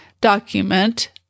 document